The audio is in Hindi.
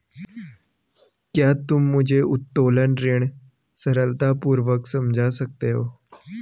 क्या तुम मुझे उत्तोलन ऋण सरलतापूर्वक समझा सकते हो?